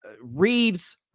Reeves